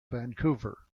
vancouver